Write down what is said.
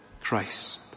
Christ